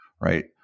right